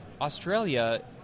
Australia